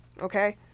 Okay